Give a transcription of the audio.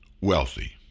wealthy